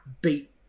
beat